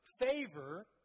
favor